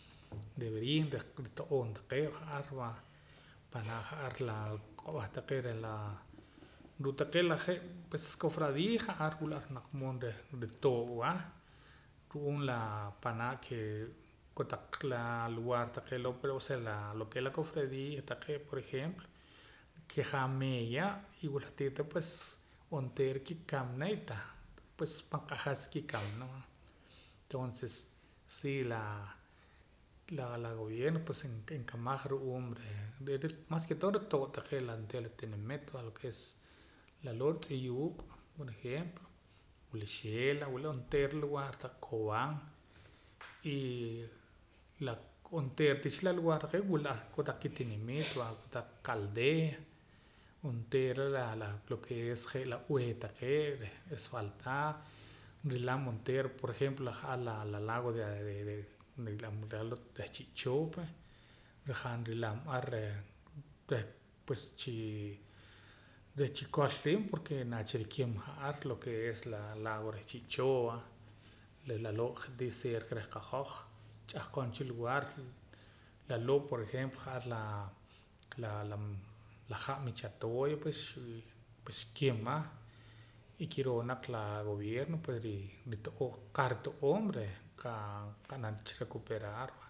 Debería nrito'oom taqee' ja'ar va panaa' ja'ar laa qa'b'eh taqee' reh laa je' pue la cofradia ja'ar wula naq mood reh nrutoo'wa ru'uum la ke panaa' ke kotaq laa lugaar taqee' loo' pue osea laa lo ke es la cofradia taqee' por ejemplo kajaam meeeya y wila ratito reh pues onteera ki'kamana y tah pues pan q'ajas ki'kamana va tonses si laa la gobierno pues nkamaj ru'uum reh reh mas ke todo ritoo' taqee' onteera la tinimit taqee' va lo ke es laloo' tz'iyuuq' por ejemplo wula xela wula onteera lugar taq cobán y la onteera tii cha la lugar taqee' loo' wula ar kotaq kitinimiit va kotaq kaldea onteera lo ke es je' la b'ee taqee' reh esfaltado nrilam onteera por ejemplo la ha' la lago reh chi'choo pue rajaam nrilam ar reh reh pues chii reh chikol riib' porque nacha rikima ja'ar lo es la lago reh chi'choo va reh lalo'' je'tii cerca reh qahoj ch'ahqon cha lugar laloo' por ejemplo ja'ar laa la ha' michatoya pues xkima y kiroo naq la gobierno pues ri rito'oom qahrito'oom reh qaa qa'nam tii cha recuperar va